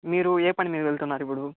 మీరు ఏ పని మీద వెళ్తున్నారు ఇప్పుడు